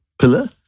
pillar